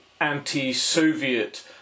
anti-Soviet